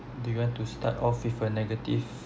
do you want to start off with a negative